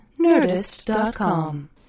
Nerdist.com